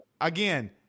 again